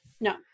no